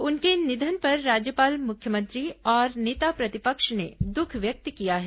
उनके निधन पर राज्यपाल मुख्यमंत्री और नेता प्रतिपक्ष ने दुख व्यक्त किया है